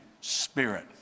Spirit